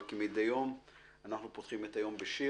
אנחנו פותחים את היום בשיר.